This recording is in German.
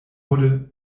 wurde